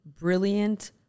brilliant